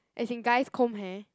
as in guys comb hair